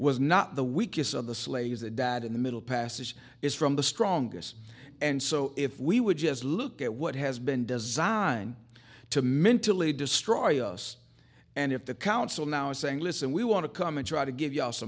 was not the weakest of the slaves that died in the middle passage is from the strongest and so if we would just look at what has been designed to mentally destroy us and if the council now is saying listen we want to come and try to give you